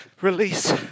release